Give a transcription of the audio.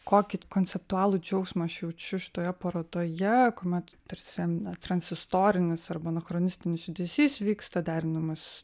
kokį konceptualų džiaugsmą aš jaučiu šitoje parodoje kuomet tarsi transistorinis arba anachronistinis judesys vyksta derinamas